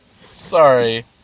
Sorry